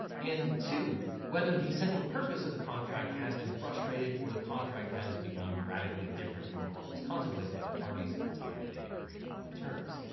and two, whether the central purpose of the contract has been frustrated or the contract has become radically different from what was contemplated by the parties at the time they agreed on the terms.